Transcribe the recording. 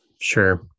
Sure